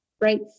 right